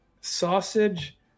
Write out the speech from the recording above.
sausage